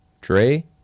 dre